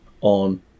on